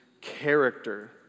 character